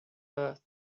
earth